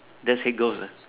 that's Haig Girls' uh